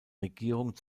regierung